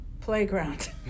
playground